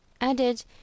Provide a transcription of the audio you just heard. added